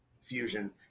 fusion